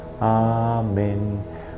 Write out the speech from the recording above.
Amen